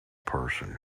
person